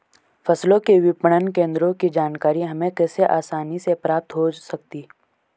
फसलों के विपणन केंद्रों की जानकारी हमें कैसे आसानी से प्राप्त हो सकती?